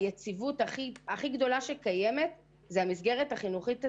היציבות הכי גדולה שקיימת זה המסגרת החינוכית הזו,